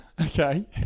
Okay